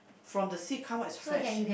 from the sea come out is fresh